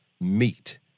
meet